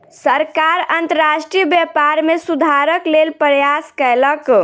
सरकार अंतर्राष्ट्रीय व्यापार में सुधारक लेल प्रयास कयलक